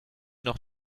noch